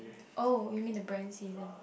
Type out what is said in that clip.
oh you mean the brand seasons